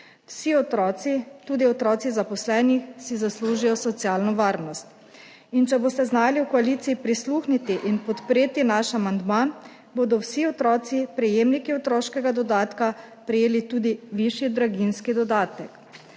Vsi otroci, tudi otroci zaposlenih, si zaslužijo socialno varnost. Če boste znali v koaliciji prisluhniti in podpreti naš amandma, bodo vsi otroci prejemniki otroškega dodatka prejeli tudi višji draginjski dodatek.